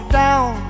down